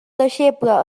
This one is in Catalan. deixeble